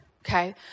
okay